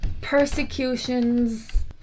persecutions